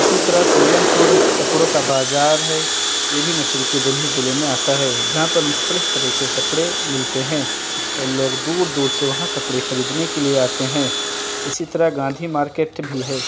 اسی طرح سیلم پور کپڑوں کا بازار ہے یہ بھی مشرقی دہلی ضلع میں آتا ہے جہاں پر مختلف طرح کے کپڑے ملتے ہیں اور لوگ دور دور سے وہاں کپڑے خریدنے کے لیے آتے ہیں اسی طرح گاندھی مارکیٹ بھی ہے